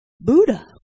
Buddha